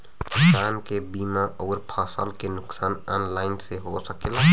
किसान के बीमा अउर फसल के नुकसान ऑनलाइन से हो सकेला?